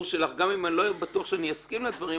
שלך גם אם אני לא בטוח שאני אסכים לדברים,